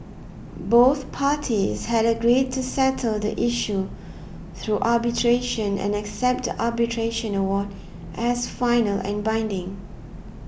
both parties had agreed to settle the issue through arbitration and accept the arbitration award as final and binding